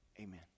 Amen